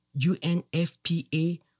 UNFPA